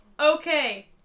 okay